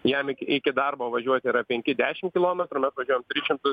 jam iki iki darbo važiuot yra penki dešim kilometrų mes važiuojam tris šimtus